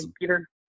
Peter